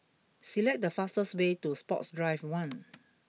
select the fastest way to Sports Drive one